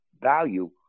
value